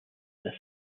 this